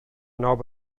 knob